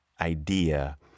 idea